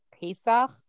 Pesach